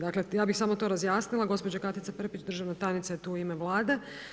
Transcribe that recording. Dakle ja bih samo to razjasnila, gospođa Katica Prpić državna tajnica je tu u ime Vlade.